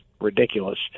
ridiculous